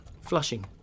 Flushing